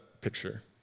picture